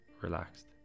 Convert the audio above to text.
relaxed